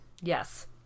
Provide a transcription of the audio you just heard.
Yes